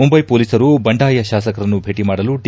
ಮುಂಬೈ ಪೊಲೀಸರು ಬಂಡಾಯ ಶಾಸಕರನ್ನು ಭೇಟಿ ಮಾಡಲು ಡಿ